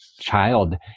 child